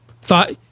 thought